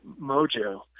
mojo